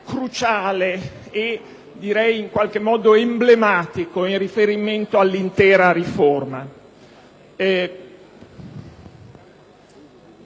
cruciale e direi in qualche modo emblematico in riferimento all'intera riforma.